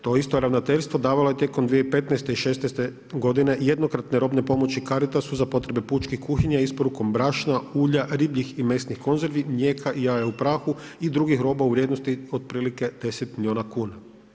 To isto ravnateljstvo davalo je tijekom 2015. i šesnaeste godine jednokratne robne pomoći Caritasu za potrebe pučkih kuhinja isporukom brašna, ulja, ribljih i mesnih konzervi, mlijeka i jaja u prahu i drugih roba u vrijednosti otprilike 10 milijuna kuna.